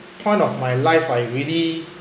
point of my life I really